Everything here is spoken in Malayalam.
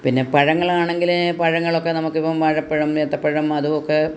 പിന്നെ പഴങ്ങളാണെങ്കില് പഴങ്ങളൊക്കെ നമുക്കിപ്പം വാഴപ്പഴം ഏത്തപ്പഴം അതുമൊക്കെ